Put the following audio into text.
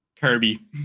Kirby